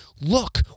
look